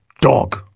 dog